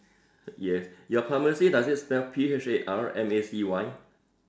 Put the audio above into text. yes your pharmacy does it spell P H A R M A C Y